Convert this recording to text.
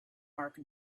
mark